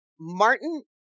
Martin